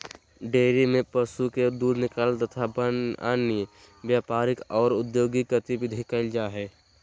dairy में पशु के दूध निकालल तथा अन्य व्यापारिक आर औद्योगिक गतिविधि कईल जा हई